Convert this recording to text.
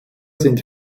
sind